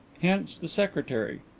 hence the secretary.